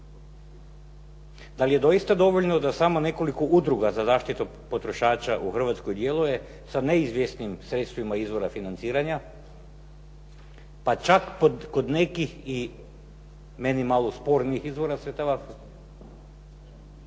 Da li je doista dovoljno da samo nekoliko udruga za zaštitu potrošača u Hrvatskoj djeluje sa neizvjesnim sredstvima izvora financiranja, pa čak kod nekih i meni malo spornih izvora sredstava